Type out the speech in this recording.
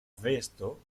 vesto